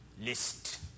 list